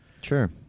Sure